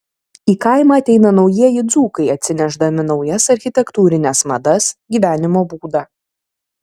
į kaimą ateina naujieji dzūkai atsinešdami naujas architektūrines madas gyvenimo būdą